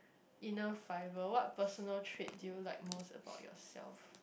inner fibre what personal trait do you like most about yourself